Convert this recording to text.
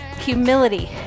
Humility